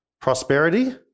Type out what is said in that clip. prosperity